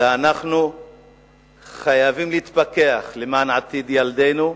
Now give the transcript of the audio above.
שאנחנו חייבים להתפכח למען עתיד ילדינו,